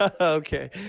Okay